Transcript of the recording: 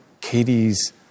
Katie's